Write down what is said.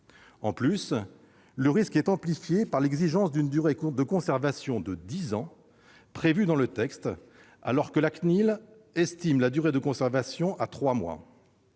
surcroît, le risque est amplifié par l'exigence d'une durée de conservation de dix ans prévue dans le texte, alors que la CNIL estime la durée de conservation de trois